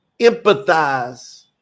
empathize